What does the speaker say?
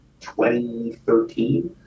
2013